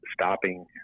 stopping